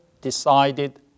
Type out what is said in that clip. decided